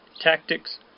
tactics